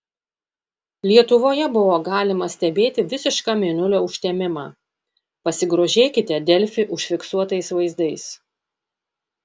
lietuvoje buvo galima stebėti visišką mėnulio užtemimą pasigrožėkite delfi užfiksuotais vaizdais